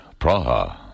Praha